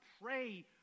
pray